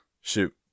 shoot